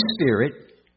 spirit